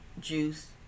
juice